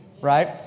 Right